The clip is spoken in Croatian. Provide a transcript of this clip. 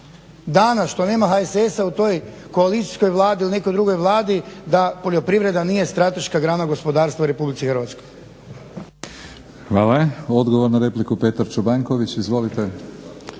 danas što nema HSS-a u toj koalicijskoj Vladi ili nekoj drugoj Vladi da poljoprivreda nije strateška grana gospodarstva u RH. **Batinić,